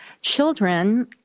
children